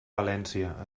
valència